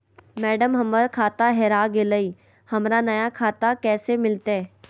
madam, हमर खाता हेरा गेलई, हमरा नया खाता कैसे मिलते